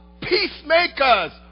peacemakers